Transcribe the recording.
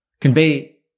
convey